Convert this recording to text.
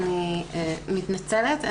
אני מתנצלת.